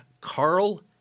Carl